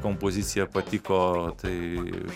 kompozicija patiko tai